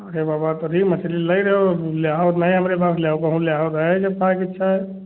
अरे बाबा तोरि मछली लइ रहे हो लेहो नहीं हमरे पास लेहो कोहुं लेहो तो है जब खाए के इच्छा है